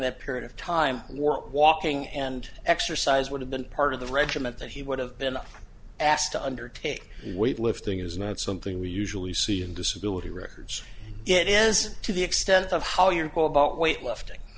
that period of time were walking and exercise would have been part of the regiment that he would have been asked to undertake weight lifting is not something we usually see in disability records it is to the extent of how you're cool about weight lifting